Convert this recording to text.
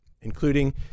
including